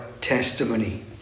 testimony